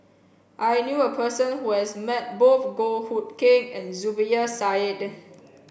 I knew a person who has met both Goh Hood Keng and Zubir Said